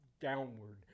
downward